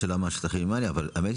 השאלה מה השטחים האלה אבל האמת,